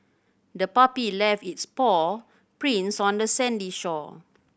the puppy left its paw prints on the sandy shore